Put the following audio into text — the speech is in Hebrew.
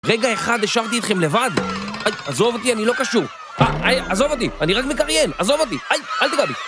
רגע אחד, השארתי אתכם לבד. איי, עזוב אותי, אני לא קשור. איי, עזוב אותי, אני רק מקריין. עזוב אותי, איי, אל תיגע בי.